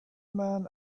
man